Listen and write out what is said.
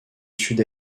sud